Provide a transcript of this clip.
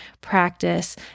practice